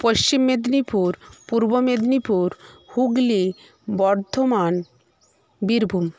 Paschim Medinipur Purba Medinipur Hooghly Bardhaman Birbhum